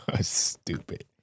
Stupid